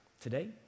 today